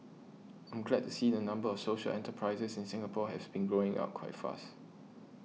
I'm glad to see the number of social enterprises in Singapore has been growing up quite fast